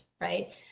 right